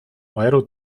euro